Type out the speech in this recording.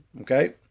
Okay